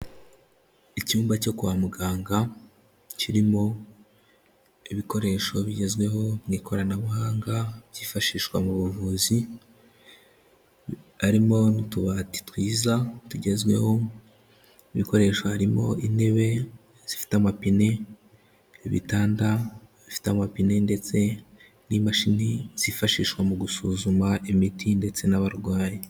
Icyumba cyo kwa muganga kirimo ibikoresho bigezweho mu ikoranabuhanga byifashishwa mu buvuzi, harimo n'utubati twiza tugezweho, ibikoresho harimo intebe zifite amapine, ibitanda bifite amapine ndetse n'imashini zifashishwa mu gusuzuma imiti ndetse n'abarwayi.